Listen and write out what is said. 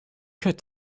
cut